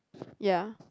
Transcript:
ya